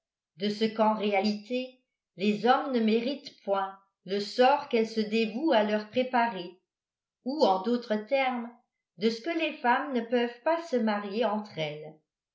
de ce qu'en réalité les hommes ne méritent point le sort qu'elles se dévouent à leur préparer ou en d'autres termes de ce que les femmes ne peuvent pas se marier entre elles